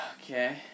okay